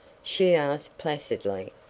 she asked placidly.